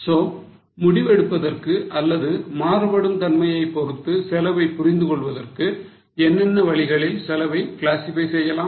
So முடிவு எடுப்பதற்கு அல்லது மாறுபடும் தன்மையை பொறுத்து செலவைப் புரிந்துகொள்வதற்கு என்னென்ன வழிகளில் செலவை கிளாசிஃபை செய்யலாம்